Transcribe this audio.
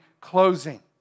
closing